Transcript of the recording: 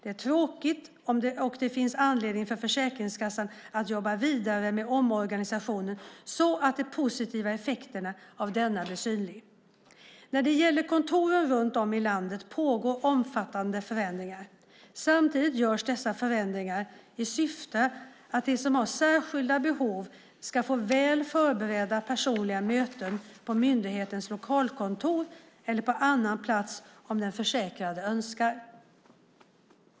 Det är tråkigt, och det finns anledning för Försäkringskassan att jobba vidare med omorganisationen så att de positiva effekterna av denna blir synliga. När det gäller kontoren runt om i landet pågår omfattande förändringar. Samtidigt görs dessa förändringar i syfte att de som har särskilda behov ska få väl förberedda personliga möten på myndighetens lokalkontor eller på annan plats om den försäkrade önskar.